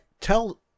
tell